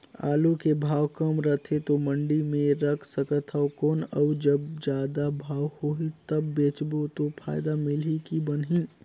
आलू के भाव कम रथे तो मंडी मे रख सकथव कौन अउ जब जादा भाव होही तब बेचबो तो फायदा मिलही की बनही?